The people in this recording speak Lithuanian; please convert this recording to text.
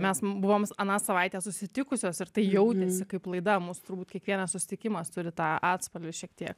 mes m buvom aną savaitę susitikusios ir tai jautėsi kaip laida mūsų turbūt kiekvienas susitikimas turi tą atspalvį šiek tiek